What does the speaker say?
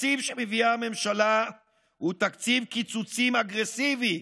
התקציב שמביאה הממשלה הוא תקציב קיצוצים אגרסיבי.